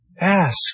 Ask